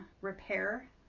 repair